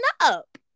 up